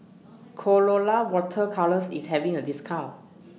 Colora Water Colours IS having A discount